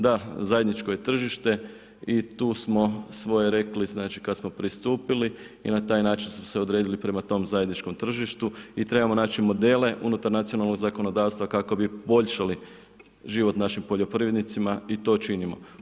Da, zajedničko je tržište i tu smo svoje rekli, kada smo pristupili i na taj način smo se odredili prema tome zajedničkom tržištu i trebamo naći modele unutar zakonodavnog zakonodavstva, kako bi poboljšali život našim poljoprivrednicima i to činimo.